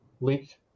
leaked